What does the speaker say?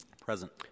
Present